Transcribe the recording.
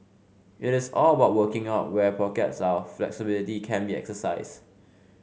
it is all about working out where pockets of flexibility can be exercised